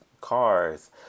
cars